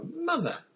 Mother